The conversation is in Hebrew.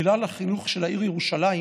מינהל החינוך של העיר ירושלים,